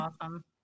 awesome